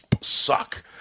suck